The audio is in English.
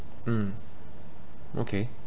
mm okay